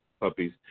puppies